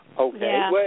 Okay